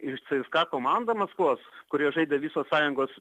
ir cska komandą maskvos kurioje žaidė visos sąjungos